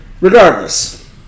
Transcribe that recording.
Regardless